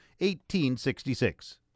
1866